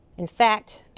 in fact,